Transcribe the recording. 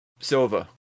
Silver